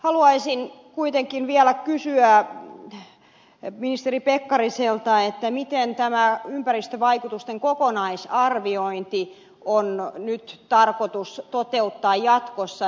haluaisin kuitenkin vielä kysyä ministeri pekkariselta miten tämä ympäristövaikutusten kokonaisarviointi on nyt tarkoitus toteuttaa jatkossa